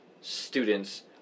students